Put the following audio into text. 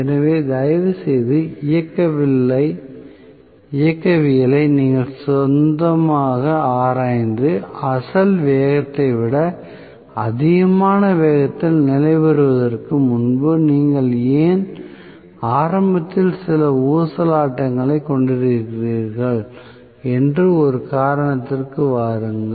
எனவே தயவுசெய்து இயக்கவியலை நீங்கள் சொந்தமாக ஆராய்ந்து அசல் வேகத்தை விட அதிகமான வேகத்தில் நிலைபெறுவதற்கு முன்பு நீங்கள் ஏன் ஆரம்பத்தில் சில ஊசலாட்டங்களைக் கொண்டிருக்கிறீர்கள் என்று ஒரு காரணத்திற்கு வாருங்கள்